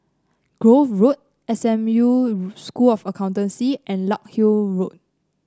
Grove Road S M U School of Accountancy and Larkhill Road